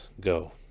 go